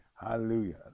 hallelujah